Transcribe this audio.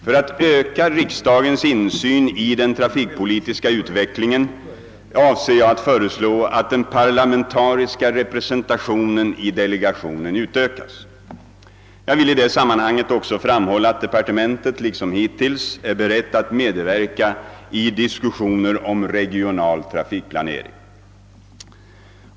För att öka riksdagens insyn i den trafikpolitiska utvecklingen avser jag att föreslå att den parlamentariska representationen i delegationen utökas. Jag vill i det sammanhanget också framhålla att departementet liksom hittills är berett att medverka i diskussioner om regional trafikplanering.